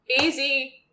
easy